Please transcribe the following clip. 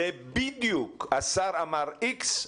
זה בדיוק השר אמר X,